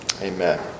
amen